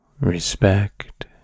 respect